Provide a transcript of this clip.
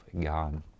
God